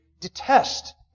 detest